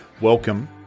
welcome